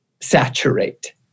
saturate